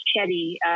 Chetty